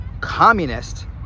communist